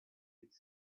with